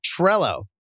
Trello